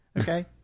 Okay